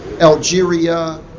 Algeria